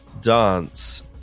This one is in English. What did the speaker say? dance